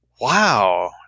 wow